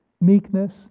meekness